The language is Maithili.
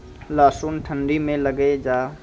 लहसुन ठंडी मे लगे जा?